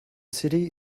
city